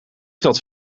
dat